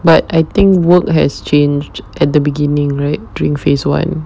but I think work has changed at the beginning right during phase one